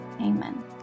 Amen